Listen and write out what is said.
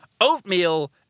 oatmeal